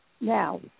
Now